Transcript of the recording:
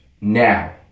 Now